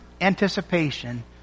anticipation